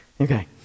Okay